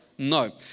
No